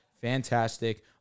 fantastic